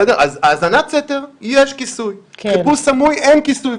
להאזנת סתר יש כיסוי, ולחיפוש סמוי אין כיסוי.